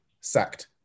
Sacked